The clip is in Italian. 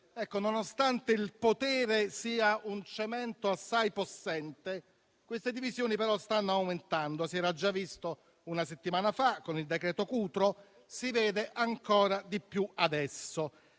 Nonostante il potere sia un cemento assai possente, queste divisioni però stanno aumentando. Si era già visto una settimana fa con il decreto Cutro e si vede ancora di più adesso.